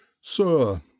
Sir